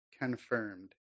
confirmed